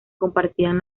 compartían